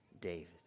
David